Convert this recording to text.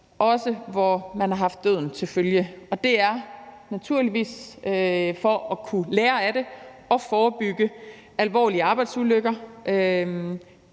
også hvor det har været med døden til følge, og det er naturligvis for at kunne lære af det og forebygge alvorlige arbejdsulykker.